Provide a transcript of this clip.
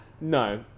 No